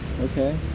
Okay